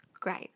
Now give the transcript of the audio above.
great